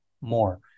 more